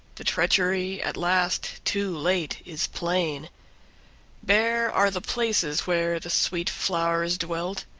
the treachery, at last, too late, is plain bare are the places where the sweet flowers dwelt.